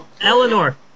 Eleanor